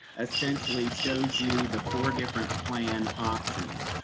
essentially shows you the four different plan options.